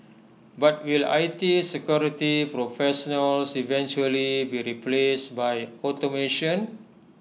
but will I T security professionals eventually be replaced by automation